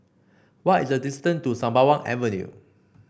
what is the distance to Sembawang Avenue